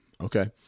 Okay